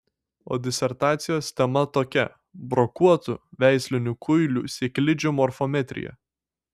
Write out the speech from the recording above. o disertacijos tema tokia brokuotų veislinių kuilių sėklidžių morfometrija